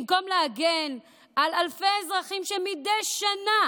במקום להגן על אלפי אזרחים שמדי שנה